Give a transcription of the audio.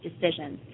decisions